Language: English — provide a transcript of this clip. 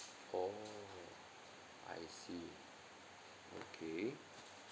oh I see okay